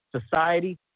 society